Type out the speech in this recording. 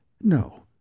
No